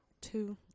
Two